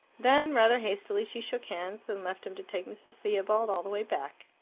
then, rather hastily, she shook hands, and left him to take mrs. theobald all the way back.